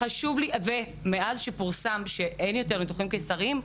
מאז שפורסם שאין יותר ניתוחים קיסריים,